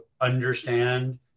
understand